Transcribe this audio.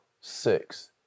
six